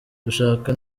dushaka